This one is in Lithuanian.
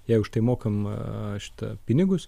jai už tai mokam šita pinigus